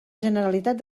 generalitat